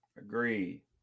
Agree